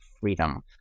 freedom